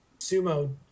sumo